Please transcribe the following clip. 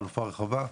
חלופה רחבה,